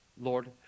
lord